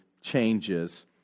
changes